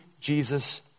Jesus